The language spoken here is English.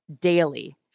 daily